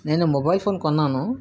నేను mobile phone కొన్నాను